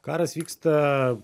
karas vyksta